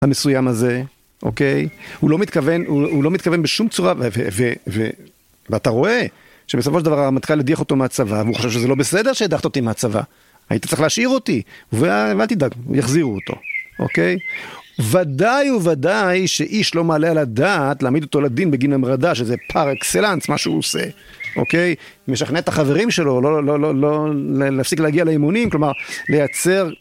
המסוים הזה, אוקיי, הוא לא מתכוון, הוא לא מתכוון בשום צורה ו ו ו ואתה רואה שבסופו של דבר המטכ"ל הדיח אותו מהצבא והוא חושב שזה לא בסדר שהדחת אותי מהצבא, היית צריך להשאיר אותי ואל תדאג, יחזירו אותו, אוקיי, וודאי וודאי שאיש לא מעלה על הדעת להעמיד אותו לדין בגין המרדה שזה פאר אקסלנס מה שהוא עושה, אוקיי, משכנע את החברים שלו, לא לא לא להפסיק להגיע לאימונים, כלומר לייצר